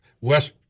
West